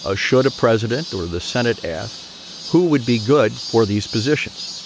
ah should a president or the senate ask who would be good for these positions?